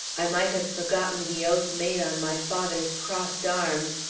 i might have forgotten the oath made on my father's crossed arms,